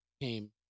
came